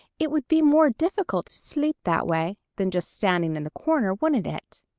it would be more difficult to sleep that way than just standing in the corner, wouldn't it?